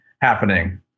happening